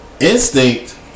Instinct